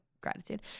gratitude